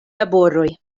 laboroj